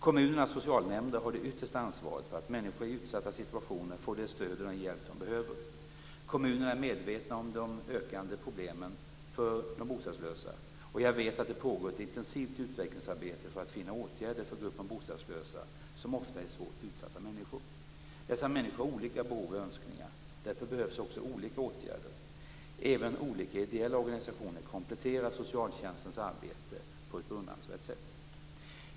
Kommunernas socialnämnder har det yttersta ansvaret för att människor i utsatta situationer får det stöd och den hjälp de behöver. Kommunerna är medvetna om de ökande problemen för de bostadslösa, och jag vet att det pågår ett intensivt utvecklingsarbete för att finna åtgärder för gruppen bostadslösa som ofta är svårt utsatta människor. Dessa människor har olika behov och önskningar. Därför behövs också olika åtgärder. Även olika ideella organisationer kompletterar socialtjänstens arbete på ett beundransvärt sätt.